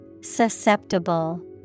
Susceptible